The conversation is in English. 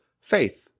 faith